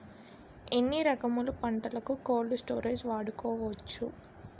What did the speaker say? ఎన్ని రకములు పంటలకు కోల్డ్ స్టోరేజ్ వాడుకోవచ్చు?